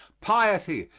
piety,